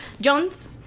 Jones